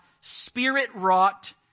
spirit-wrought